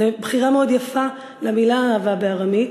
זו בחירה מאוד יפה למילה "אהבה" בארמית,